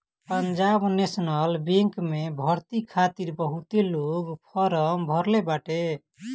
Punjab National Bank में भर्ती खातिर बहुते लोग फारम भरले बाटे